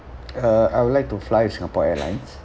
uh I would like to fly singapore airlines